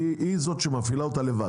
והיא זאת שמפעילה אותה לבד.